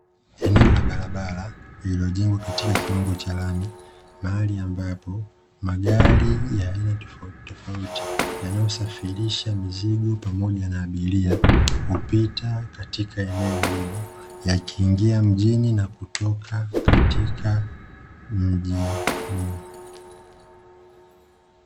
Eneo la barabara lililojengwa katika kiwango cha lami, mahali ambapo magari ya aina tofautitofauti yanayosafirisha mizigo pamoja na abiria, hupita katika eneo hilo yakiingia mjini na kutoka katika mji huo.